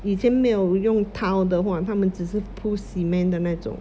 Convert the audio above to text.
以前没有用 tile 的话他们只是铺 cement 的那种